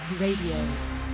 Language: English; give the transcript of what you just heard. Radio